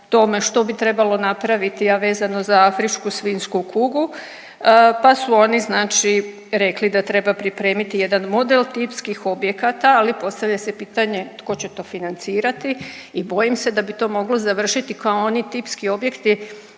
što bi trebalo napraviti, a vezano za afričku svinju kugu, pa su oni znači rekli da treba pripremiti jedan model tipskih objekata, ali postavlja se pitanje tko će to financirati i bojim se da bi to moglo završiti kao oni tipski objekti